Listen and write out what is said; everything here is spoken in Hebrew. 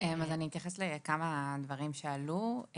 אני אתייחס לכמה דברים שעלו.